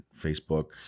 Facebook